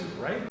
right